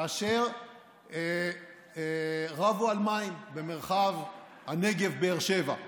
כאשר רבו על מים במרחב הנגב באר שבע.